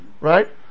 Right